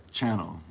channel